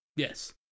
Yes